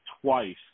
twice